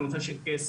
זה נושא של כסף.